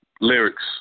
lyrics